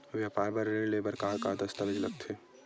व्यापार बर ऋण ले बर का का दस्तावेज लगथे?